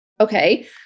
Okay